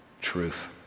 truth